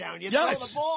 Yes